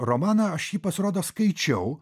romaną aš jį pasirodo skaičiau